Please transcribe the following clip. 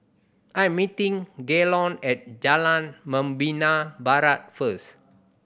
I am meeting Gaylon at Jalan Membina Barat first